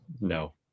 no